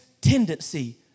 tendency